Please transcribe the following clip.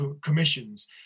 commissions